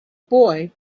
boy